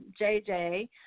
JJ